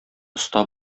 оста